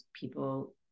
people